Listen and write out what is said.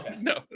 no